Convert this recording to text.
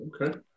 okay